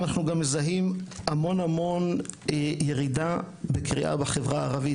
אנחנו גם מזהים ירידה בקריאה בחברה הערבית,